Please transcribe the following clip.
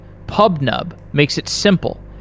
pubnub makes it simple,